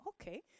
okay